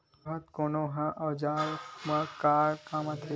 राहत कोन ह औजार मा काम आथे?